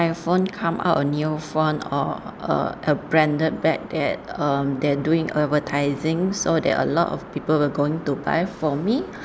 iphone come out a new phone or uh a branded bag that um they're doing advertising so that a lot of people were going to buy for me